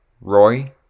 Roy